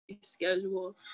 schedule